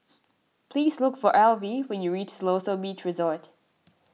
please look for Alvie when you reach Siloso Beach Resort